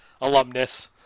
alumnus